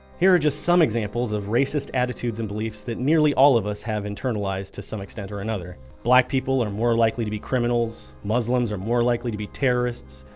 here are just some examples of racist attitudes and beliefs that nearly all of us have internalized to some extent or another black people are more likely to be criminals. muslims are more likely to be terrorists,